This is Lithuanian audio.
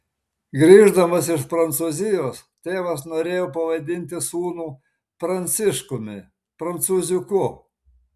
grįždamas iš prancūzijos tėvas norėjo pavadinti sūnų pranciškumi prancūziuku